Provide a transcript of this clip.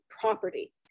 property